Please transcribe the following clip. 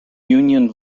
union